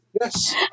Yes